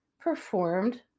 performed